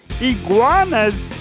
iguanas